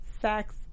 sex